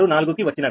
064 కి వచ్చినవి